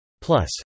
Plus